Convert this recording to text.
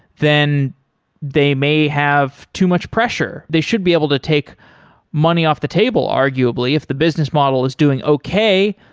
then they may have too much pressure. they should be able to take money off the table arguably if the business model is doing okay,